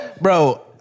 Bro